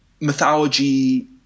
mythology –